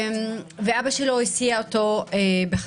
אבא שלו הסיע אותו בחזרה.